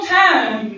time